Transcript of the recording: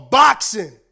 boxing